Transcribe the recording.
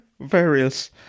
various